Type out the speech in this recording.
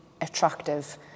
attractive